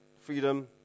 freedom